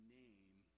name